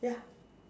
ya